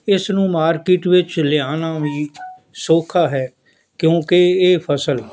ਇਸ ਨੂੰ ਮਾਰਕੀਟ ਵਿੱਚ ਲਿਆਉਣਾ ਵੀ ਸੌਖਾ ਹੈ ਕਿਉਂਕਿ ਇਹ ਫਸਲ